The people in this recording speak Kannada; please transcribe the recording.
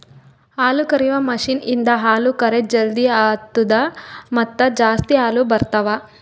ಹಾಲುಕರೆಯುವ ಮಷೀನ್ ಇಂದ ಹಾಲು ಕರೆದ್ ಜಲ್ದಿ ಆತ್ತುದ ಮತ್ತ ಜಾಸ್ತಿ ಹಾಲು ಬರ್ತಾವ